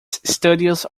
studios